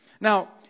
Now